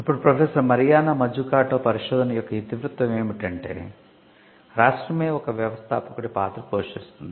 ఇప్పుడు professor Mariana Mazzucato పరిశోధన యొక్క ఇతివృత్తం ఏమిటంటే రాష్ట్రమే ఒక వ్యవస్థాపకుడి పాత్ర పోషిస్తుంది